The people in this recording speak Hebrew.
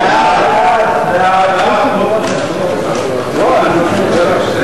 החלטת ועדת הפנים והגנת הסביבה בדבר תיקון טעות בחוק אוויר נקי,